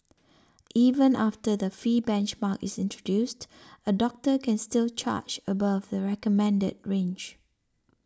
even after the fee benchmark is introduced a doctor can still charge above the recommended range